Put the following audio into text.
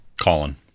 Colin